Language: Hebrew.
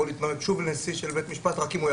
יכול להתמנות שוב לנשיא של בית משפט רק אם הוא